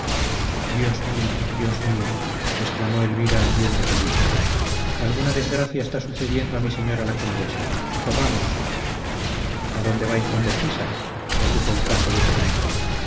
dios mío dios mío exclamó elvira en viéndose libre alguna desgracia está sucediendo a mi señora la condesa corramos adónde vais tan de prisa repuso el paje deteniéndola